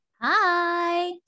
Hi